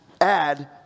add